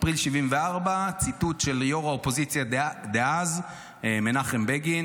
אפריל 1974. ציטוט של ראש האופוזיציה דאז מנחם בגין,